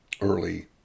early